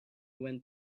went